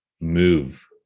move